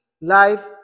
life